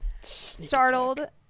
Startled